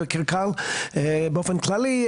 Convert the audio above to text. וקק"ל באופן כללי,